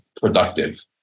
productive